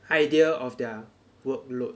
idea of their workload